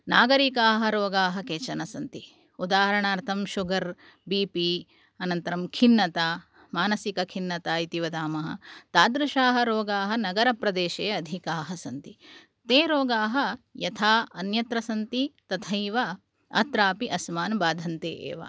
नागरीकाः रोगाः केचन सन्ति उदाहरणार्थं शुगर् बीपि अनन्तरं खिन्नता मानसिकखिन्नता इति वदामः तादृशाः रोगाः नगरप्रदेशे अधिकाः सन्ति ते रोगाः यथा अन्यत्र सन्ति तथैव अत्रापि अस्मान् बाधन्ते एव